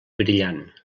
brillant